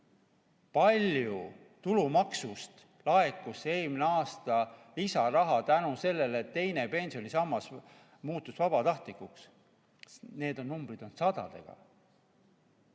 Palju tulumaksust laekus eelmisel aastal lisaraha tänu sellele, et teine pensionisammas muutus vabatahtlikuks? Need numbrid on sadadega.